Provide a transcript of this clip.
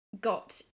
got